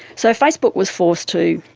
so facebook was forced to,